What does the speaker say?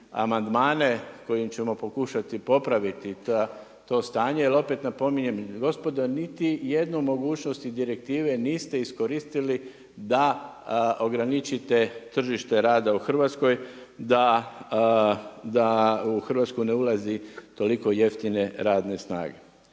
amandmane kojim ćemo pokušati popraviti to stanje jer opet napominjem gospodo, niti jednu mogućnost i direktive niste iskoristili da ograničite tržište rada u Hrvatskoj, da u Hrvatsku ne ulazi toliko jeftine radne snage.